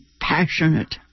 passionate